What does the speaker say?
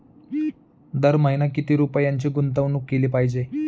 दर महिना किती रुपयांची गुंतवणूक केली पाहिजे?